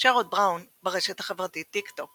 שרוד בראון, ברשת החברתית טיקטוק